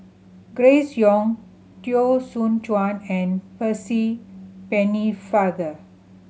Grace Young Teo Soon Chuan and Percy Pennefather